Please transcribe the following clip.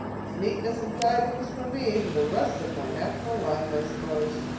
it's neatness and tidiness for me for the rest of my natural life, i suppose.